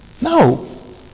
No